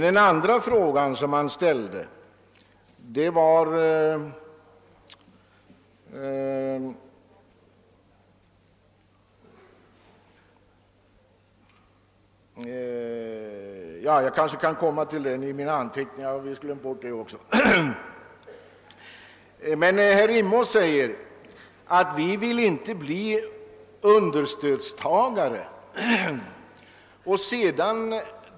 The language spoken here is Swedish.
Herr Rimås sade att de ideella stiftelserna inte vill bli understödstagare.